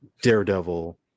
Daredevil